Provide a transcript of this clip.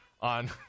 on